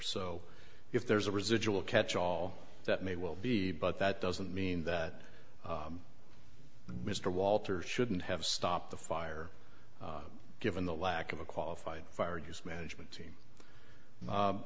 so if there's a residual catch all that may well be but that doesn't mean that mr walters shouldn't have stopped the fire given the lack of a qualified fired use management team